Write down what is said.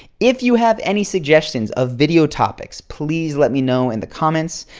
if you have any suggestions of video topics, please let me know in the comments.